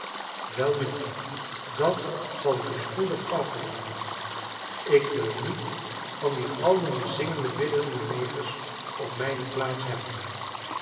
welnu dat zal ik u spoedig afleeren ik wil niet van die galmende zingende biddende negers op mijne plaats hebben